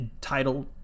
Title